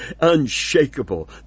unshakable